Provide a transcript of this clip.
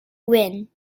wynne